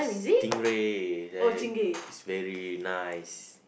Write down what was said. stingray that is very nice